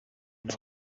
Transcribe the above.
n’u